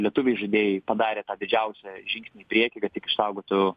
lietuviai žaidėjai padarė tą didžiausią žingsnį į priekį kad tik išsaugotų